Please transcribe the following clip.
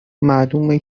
معلومه